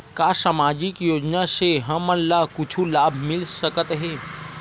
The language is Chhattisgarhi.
का सामाजिक योजना से हमन ला कुछु लाभ मिल सकत हे?